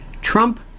Trump